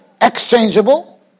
exchangeable